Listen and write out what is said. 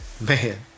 man